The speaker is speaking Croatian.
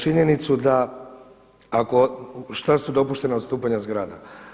Činjenicu da ako, šta su dopuštena odstupanja zgrada.